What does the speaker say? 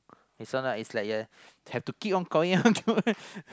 this one is like a have to keep on calling one no meh